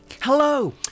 Hello